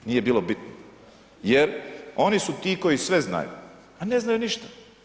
Nije bilo bitno jer oni su ti koji sve znaju, a ne znaju ništa.